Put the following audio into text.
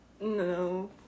No